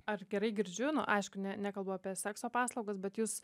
ar gerai girdžiu nu aišku ne nekalbu apie sekso paslaugas bet jūs